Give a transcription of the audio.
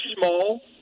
small